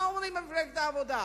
מה אומרים במפלגת העבודה?